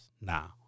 now